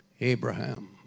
Abraham